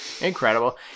incredible